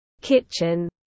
Kitchen